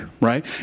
right